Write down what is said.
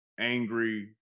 Angry